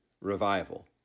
revival